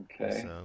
Okay